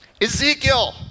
Ezekiel